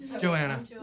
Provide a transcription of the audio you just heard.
Joanna